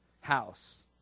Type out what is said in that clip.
house